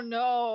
no